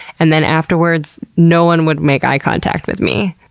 and then afterwards no one would make eye contact with me.